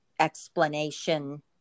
explanation